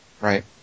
Right